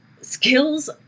skills